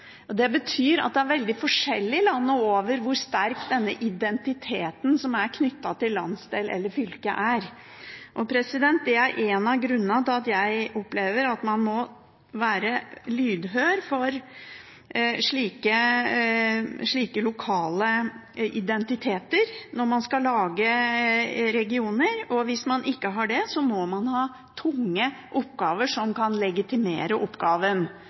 glåmdøl. Det betyr at det er veldig forskjellig landet over hvor sterk den identiteten som er knyttet til landsdel eller fylke, er. Det er en av grunnene til at jeg opplever at man må være lydhør overfor slike lokale identiteter når man skal lage regioner. Hvis man ikke er det, må man ha tunge oppgaver som kan legitimere